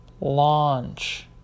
launch